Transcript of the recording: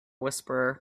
whisperer